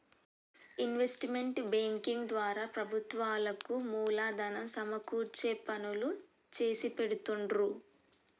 investment banking ద్వారా ప్రభుత్వాలకు మూలధనం సమకూర్చే పనులు చేసిపెడుతుండ్రు